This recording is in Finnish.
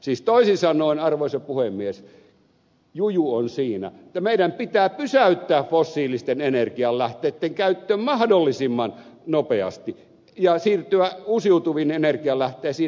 siis toisin sanoen arvoisa puhemies juju on siinä että meidän pitää pysäyttää fossiilisten energialähteitten käyttö mahdollisimman nopeasti ja siirtyä uusiutuviin energialähteisiin